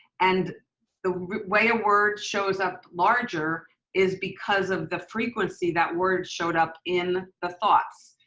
and the way a word shows up larger is because of the frequency that word showed up in the thoughts.